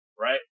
Right